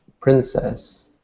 princess